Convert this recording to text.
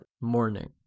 morning